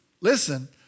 listen